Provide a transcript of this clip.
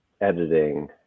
editing